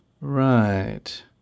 Right